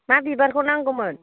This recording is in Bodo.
मा बिबारखौ नांगौमोन